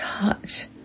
touch